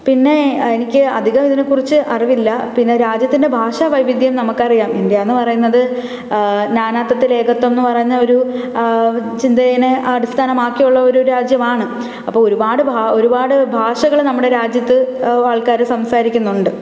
പിന്നെ എനിക്ക് അധികം ഇതിനെക്കുറിച്ച് അറിവില്ല പിന്നെ രാജ്യത്തിൻ്റെ ഭാഷ വൈവിധ്യം നമുക്കറിയാം ഇന്ത്യയെന്ന് പറയുന്നത് നാനാത്വത്തിൽ ഏകത്വം എന്നു പറയുന്ന ഒരു ചിന്തയിനെ അടിസ്ഥാനമാക്കിയുള്ള ഒരു രാജ്യമാണ് അപ്പം ഒരുപാട് ഒരുപാട് ഭാഷകൾ നമ്മുടെ രാജ്യത്ത് ആൾക്കാർ സംസാരിക്കുന്നുണ്ട്